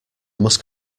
must